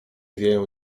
wieją